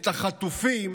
את החטופים